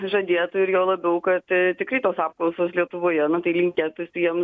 žadėtų ir juo labiau kad tikrai tos apklausos lietuvoje nu tai linkėtųsi jiem